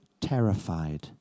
terrified